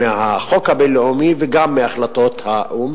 מהחוק הבין-לאומי, וגם מהחלטות האו"ם,